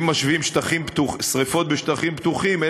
אם משווים שרפות בשטחים פתוחים,